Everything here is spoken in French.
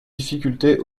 difficultés